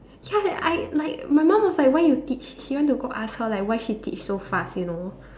ya I like my mum was like why you teach she went to go ask her like why she teach so fast you know